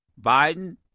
Biden